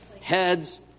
heads